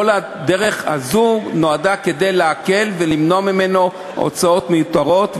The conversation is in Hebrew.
כל הדרך הזו נועדה כדי להקל ולמנוע ממנו הוצאות מיותרות.